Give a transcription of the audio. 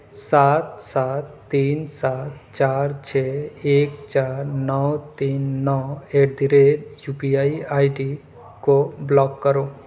سات سات تین سات چار چھ ایک چار نو تین نو at the rate U P I I D کو بُلاک کرو